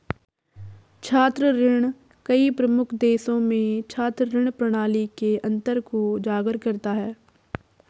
छात्र ऋण कई प्रमुख देशों में छात्र ऋण प्रणाली के अंतर को उजागर करता है